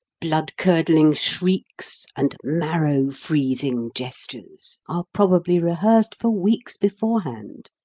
blood-curdling shrieks and marrow-freezing gestures are probably rehearsed for weeks beforehand.